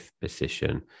position